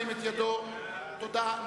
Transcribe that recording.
מי נגד?